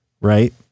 right